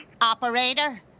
Operator